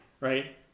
right